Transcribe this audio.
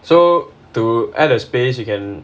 so to add a space you can